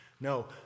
No